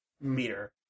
meter